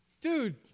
dude